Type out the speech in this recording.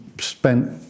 spent